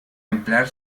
emplear